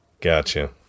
Gotcha